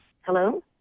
hello